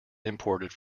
imported